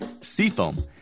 Seafoam